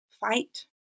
fight